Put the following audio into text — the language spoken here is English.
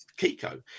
Kiko